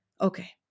Okay